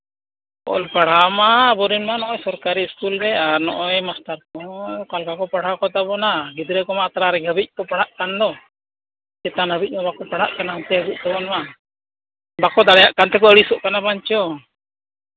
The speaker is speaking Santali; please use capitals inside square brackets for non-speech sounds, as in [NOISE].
ᱚᱞ ᱯᱟᱲᱦᱟᱣ ᱢᱟ ᱟᱵᱚ ᱨᱤᱱ ᱢᱟ ᱥᱚᱨᱠᱟᱨᱤ ᱥᱠᱩᱞ ᱨᱮ ᱱᱚᱜᱼᱚᱭ ᱢᱟᱥᱴᱟᱨ ᱠᱚᱦᱚᱸ ᱚᱠᱟ ᱞᱮᱠᱟ ᱠᱚ ᱯᱟᱲᱦᱟᱣ ᱠᱚᱛᱟ ᱵᱚᱱᱟ ᱜᱤᱫᱽᱨᱟᱹ ᱠᱚᱢᱟ ᱟᱛᱨᱟ ᱦᱟᱹᱵᱤᱡ ᱠᱚ ᱯᱟᱲᱦᱟᱜ ᱠᱟᱱ ᱫᱚ ᱪᱮᱛᱟᱱ ᱦᱟᱹᱵᱤᱡ ᱵᱟᱝ ᱠᱚ ᱯᱟᱲᱦᱟᱜ ᱠᱟᱱᱟ [UNINTELLIGIBLE] ᱵᱟᱠᱚ ᱫᱟᱲᱮᱭᱟᱜ ᱠᱟᱱ ᱛᱮᱠᱚ ᱟᱹᱲᱤᱥᱚᱜ ᱠᱟᱱᱟ ᱵᱟᱝ ᱪᱚᱝ